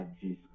Jesus